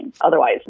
Otherwise